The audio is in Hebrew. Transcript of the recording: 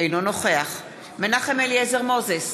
אינו נוכח מנחם אליעזר מוזס,